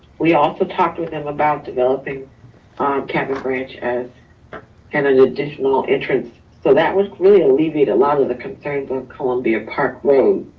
we also talked with them about developing a cabinet branch as and an additional entrance. so that was really alleviate a lot of the concerns of columbia park road.